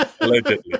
Allegedly